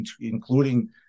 including